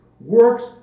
works